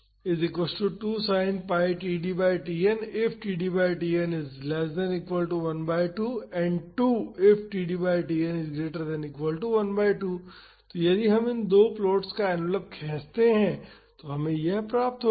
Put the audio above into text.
तो यदि हम इन दो प्लॉट्स का एनवेलप खींचते हैं तो हमें यह प्राप्त होगा